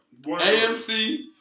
AMC